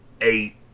Eight